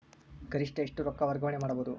ಗರಿಷ್ಠ ಎಷ್ಟು ರೊಕ್ಕ ವರ್ಗಾವಣೆ ಮಾಡಬಹುದು?